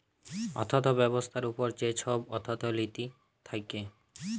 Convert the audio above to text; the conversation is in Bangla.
অথ্থ ব্যবস্থার উপর যে ছব অথ্থলিতি থ্যাকে